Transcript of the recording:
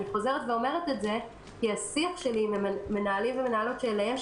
אני חוזרת ואומרת את זה כי השיח שלי עם מנהלים ומנהלות שאליהם